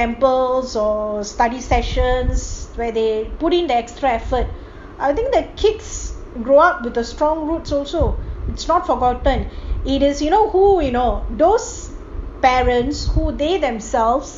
temples or study sessions where they put in the extra effort I think the kids grow up with a strong roots also it's not forgotten it is you know who you know those parents who they themselves